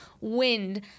wind